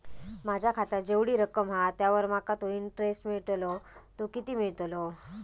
माझ्या खात्यात जेवढी रक्कम हा त्यावर माका तो इंटरेस्ट मिळता ना तो किती मिळतलो?